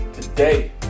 today